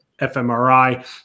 fmri